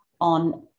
on